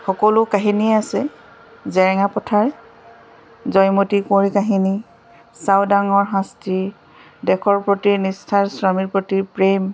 সকলো কাহিনী আছে জেৰেঙা পথাৰ জয়মতী কোঁৱৰী কাহিনী চাওডাঙৰ শাস্তি দেশৰ প্ৰতি নিষ্ঠাৰ স্বামীৰ প্ৰতি প্ৰেম